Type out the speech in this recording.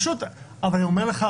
אבל אני אומר לך,